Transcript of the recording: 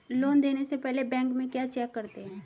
Loan देने से पहले बैंक में क्या चेक करते हैं?